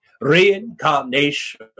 Reincarnation